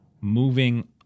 moving